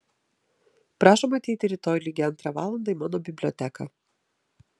prašom ateiti rytoj lygiai antrą valandą į mano biblioteką